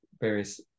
various